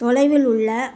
தொலைவில் உள்ள